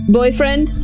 boyfriend